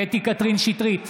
קטי קטרין שטרית,